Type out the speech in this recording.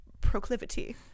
proclivity